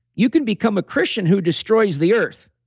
you can become a christian who destroys the earth,